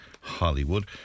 Hollywood